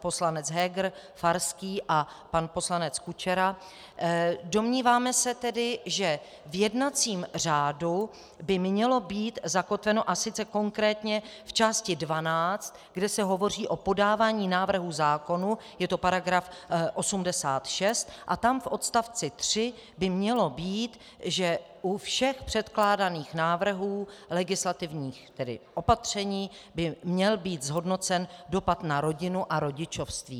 poslanec Heger, Farský a pan poslanec Kučera domníváme se tedy, že v jednacím řádu by mělo být zakotveno, a sice konkrétně v části 12, kde se hovoří o podávání návrhů zákonů, je to § 86, a tam v odst. 3 by mělo být, že u všech předkládaných návrhů legislativních opatření by měl být zhodnocen dopad na rodinu a rodičovství.